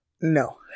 No